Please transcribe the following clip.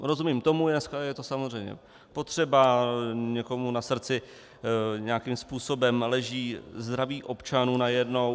Rozumím tomu, dneska je to samozřejmě potřeba, někomu na srdci nějakým způsobem leží zdraví občanů najednou.